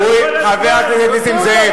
חבר הכנסת נסים זאב,